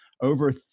over